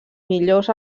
millors